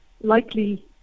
likely